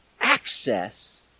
access